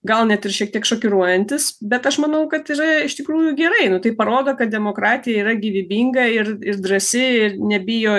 gal net ir šiek tiek šokiruojantis bet aš manau kad yra iš tikrųjų gerai nu tai parodo kad demokratija yra gyvybinga ir ir drąsi ir nebijo